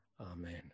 Amen